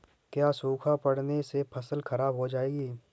क्या सूखा पड़ने से फसल खराब हो जाएगी?